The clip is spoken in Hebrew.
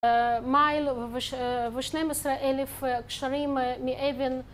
מייל ו-12 אלף גשרים מאבן